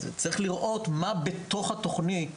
אז צריך לראות מה בתוך התוכנית,